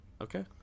Okay